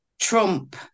Trump